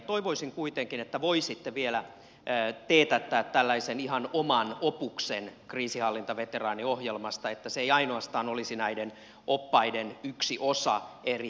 toivoisin kuitenkin että voisitte vielä teettää tällaisen ihan oman opuksen kriisinhallintaveteraaniohjelmasta että se ei ainoastaan olisi näiden oppaiden yksi osa eri operaatioissa